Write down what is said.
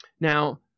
Now